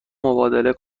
مبادله